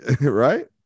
right